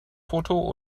foto